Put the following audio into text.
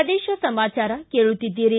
ಪ್ರದೇಶ ಸಮಾಚಾರ ಕೇಳುತ್ತಿದ್ದೀರಿ